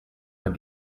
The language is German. man